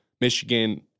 Michigan